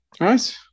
Right